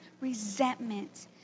resentment